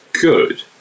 good